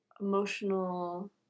emotional